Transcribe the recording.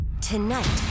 Tonight